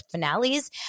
finales